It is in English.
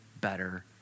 better